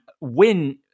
win